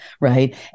Right